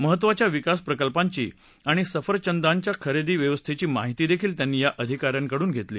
महत्त्वाच्या विकास प्रकल्पांची आणि सफरचंदाच्या खरेदी व्यवस्थेची माहिती देखील त्यांनी या अधिका यांकडून घेतली